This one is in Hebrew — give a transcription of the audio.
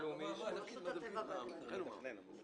איזה תושב פרטי בשכונה אחרת מגיש תוכנית לשכונה שלמה?